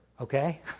Okay